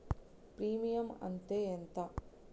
Premium అత్తే ఎంత?